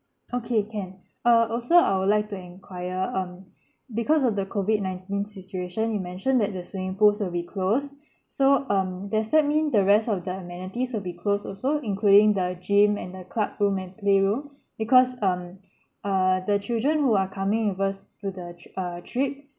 okay can uh also I would like to enquire um because of the COVID nineteen situation you mentioned that the swimming pools will be closed so um does that mean the rest of the amenities will be closed also including the gym and the club room and playroom because um uh the children who are coming with us to the tr~ uh trip